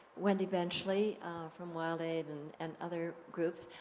wendy benchley from wildaid and and other groups.